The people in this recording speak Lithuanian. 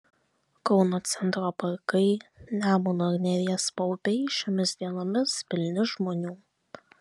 kauno centro parkai nemuno ir neries paupiai šiomis dienomis pilni žmonių